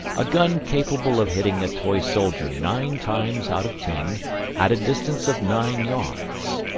a gun capable of hitting a toy soldier nine times out of ten at a distance of nine yards.